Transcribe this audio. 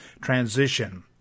transition